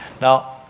Now